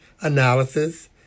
analysis